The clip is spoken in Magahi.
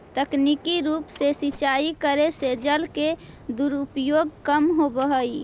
तकनीकी रूप से सिंचाई करे से जल के दुरुपयोग कम होवऽ हइ